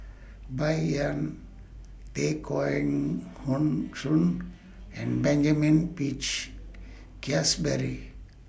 Bai Yan Tay Kheng Hoon Soon and Benjamin Peach Keasberry